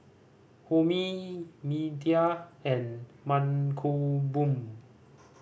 Homi Medha and Mankombu